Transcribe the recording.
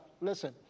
Listen